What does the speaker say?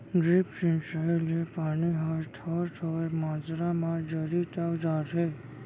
drip सिंचई ले पानी ह थोर थोर मातरा म जरी तक जाथे